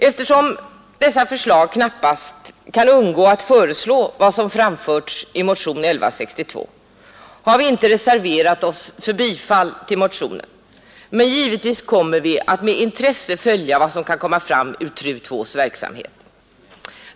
Eftersom man därvid knappast kan undgå att komma fram till samma förslag som de som framförts i motionen 1162, har vi inte reserverat oss för bifall till motionen, men givetvis kommer vi att med intresse följa vad som kan komma fram ur TRU II:s verksamhet.